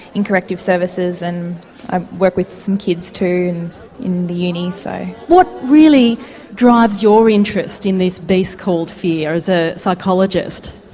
in corrective services and i work with some kids too in the uni. so what really drives your interest in this beast called fear, as a psychologist?